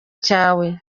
cyawe